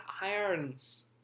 irons